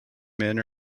men